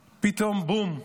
פתאום, בום,